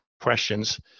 questions